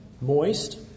moist